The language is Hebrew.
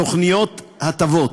תוכניות הטבות,